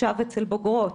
אצל בוגרות,